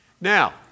Now